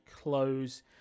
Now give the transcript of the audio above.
close